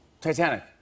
Titanic